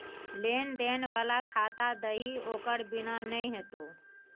लेन देन बला खाता दही ओकर बिना नै हेतौ